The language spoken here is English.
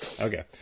Okay